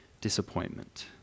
disappointment